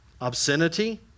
obscenity